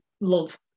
love